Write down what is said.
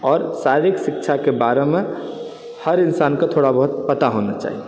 आओर शारीरिक शिक्षाके बारेमे हर इन्सानके थोड़ा बहुत पता होना चाही